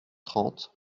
trente